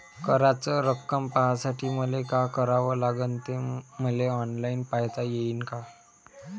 कराच रक्कम पाहासाठी मले का करावं लागन, ते मले ऑनलाईन पायता येईन का?